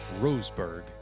Roseburg